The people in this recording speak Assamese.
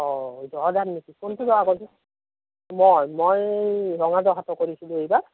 অ জহা ধান নেকি কোনটো জহাধান মই মই ৰঙা জহাটো কৰিছিলোঁ এইবাৰ